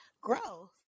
growth